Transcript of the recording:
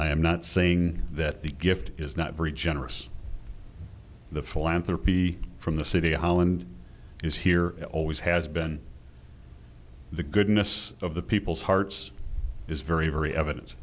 am not saying that the gift is not very generous the philanthropy from the city of holland is here always has been the goodness of the people's hearts is very very eviden